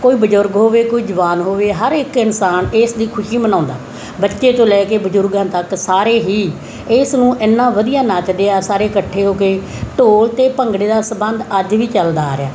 ਕੋਈ ਬਜ਼ੁਰਗ ਹੋਵੇ ਕੋਈ ਜਵਾਨ ਹੋਵੇ ਹਰ ਇੱਕ ਇਨਸਾਨ ਇਸ ਦੀ ਖੁਸ਼ੀ ਮਨਾਉਂਦਾ ਬੱਚੇ ਤੋਂ ਲੈ ਕੇ ਬਜ਼ੁਰਗਾਂ ਤੱਕ ਸਾਰੇ ਹੀ ਇਸ ਨੂੰ ਇੰਨਾ ਵਧੀਆ ਨੱਚਦੇ ਹਾਂ ਸਾਰੇ ਇਕੱਠੇ ਹੋ ਕੇ ਢੋਲ ਅਤੇ ਭੰਗੜੇ ਦਾ ਸੰਬੰਧ ਅੱਜ ਵੀ ਚੱਲਦਾ ਆ ਰਿਹਾ